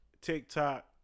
TikTok